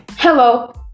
Hello